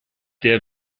der